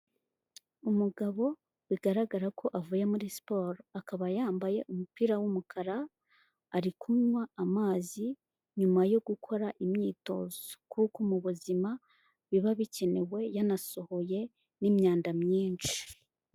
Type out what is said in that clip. Umugabo bigaragara ko avuye muri siporo, akaba yambaye umupira w'umukara, ari kunywa amazi nyuma yo gukora imyitozo, kuko mu buzima biba bikenewe yanasohoye n'imyanda myinshi.